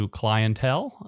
clientele